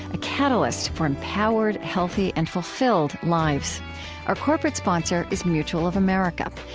a catalyst for empowered, healthy, and fulfilled lives our corporate sponsor is mutual of america.